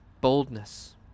boldness